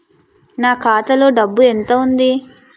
నా ఖాతాలో డబ్బు ఎంత ఉంది?